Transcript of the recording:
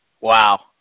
wow